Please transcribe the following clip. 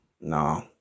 no